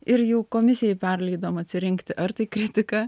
ir jau komisijai perleidom atsirinkti ar tai kritika